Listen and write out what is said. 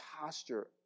posture